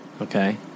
Okay